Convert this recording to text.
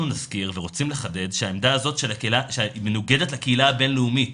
אנחנו נזכיר ורוצים לחדד שהעמדה הזאת היא מנוגדת לקהילה הבין-לאומית